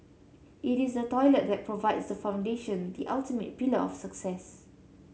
it is the toilet that provides the foundation the ultimate pillar of success